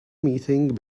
meeting